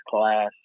class